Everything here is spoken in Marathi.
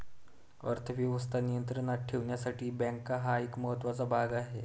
अर्थ व्यवस्था नियंत्रणात ठेवण्यासाठी बँका हा एक महत्त्वाचा भाग आहे